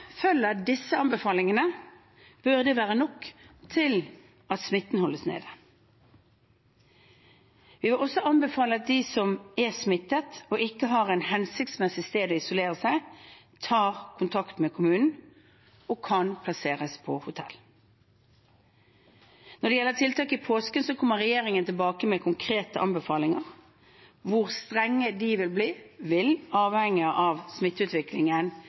disse anbefalingene, bør det være nok til at smitten holdes nede. Vi vil også anbefale at de som er smittet og ikke har et hensiktsmessig sted å isolere seg, tar kontakt med kommunen – og de kan plasseres på hotell. Når det gjelder tiltak i påsken, kommer regjeringen tilbake med konkrete anbefalinger. Hvor strenge de blir, vil avhenge av smitteutviklingen den nærmeste tiden. Men vi vil